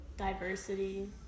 diversity